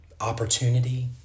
opportunity